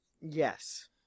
Yes